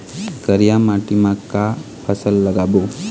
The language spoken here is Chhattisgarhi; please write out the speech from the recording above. करिया माटी म का फसल लगाबो?